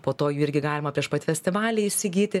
po to jų irgi galima prieš pat festivalį įsigyti